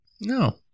No